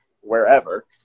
wherever